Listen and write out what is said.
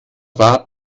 rad